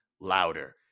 louder